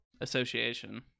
association